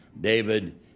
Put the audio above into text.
David